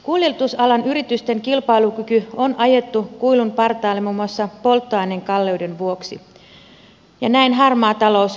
kuljetusalan yritysten kilpailukyky on ajettu kuilun partaalle muun muassa polttoaineen kalleuden vuoksi ja näin harmaa talous rehottaa